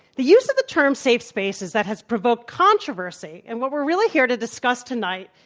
the use of the term safe spaces that has provoked controversy, and what we're really here to discuss tonight,